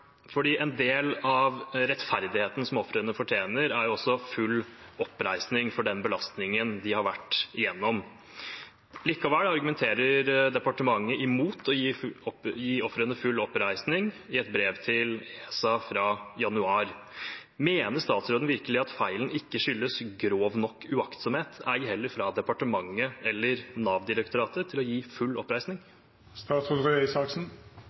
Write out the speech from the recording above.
En del av rettferdigheten som ofrene fortjener, er jo også full oppreisning for den belastningen de har vært gjennom. Likevel argumenterer departementet imot å gi ofrene full oppreisning i et brev til ESA fra januar. Mener statsråden virkelig at feilen ikke skyldes grov nok uaktsomhet, ei heller fra departementet eller Nav-direktoratet, til å gi full